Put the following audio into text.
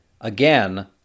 again